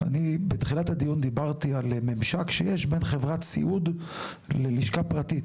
אני בתחילת הדיון דיברתי על ממשק שיש בין חברת סיעוד לחברה פרטית,